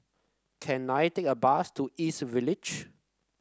can I take a bus to East Village